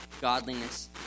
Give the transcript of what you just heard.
godliness